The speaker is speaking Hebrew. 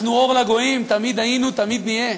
אנחנו אור לגויים, תמיד היינו, תמיד נהיה.